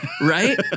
Right